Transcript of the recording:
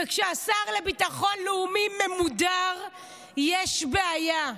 וכשהשר לביטחון לאומי ממודר יש בעיה,